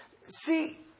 See